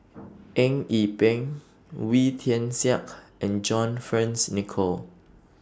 Eng Yee Peng Wee Tian Siak and John Fearns Nicoll